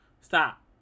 Stop